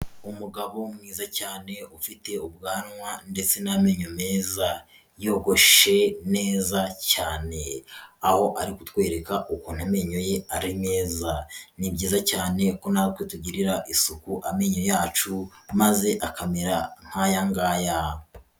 Umugabo mwiza cyane ufite ubwanwa ndetse n'amenyo meza, yogoshe neza cyane, aho ari kutwereka ukuntu amenyo ye ari meza, ni byiza cyane ko natwe tugirira isuku amenyo yacu, maze akamera nk'aya ngaya.